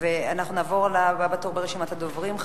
אנחנו נעבור לבא בתור ברשימת הדוברים,